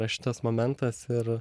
yra šitas momentas ir